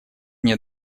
мне